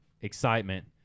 excitement